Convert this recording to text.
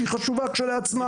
שחשובה כשלעצמה,